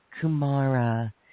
Kumara